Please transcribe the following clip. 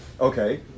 Okay